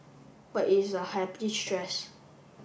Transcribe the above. but it's a happy stress